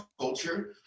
culture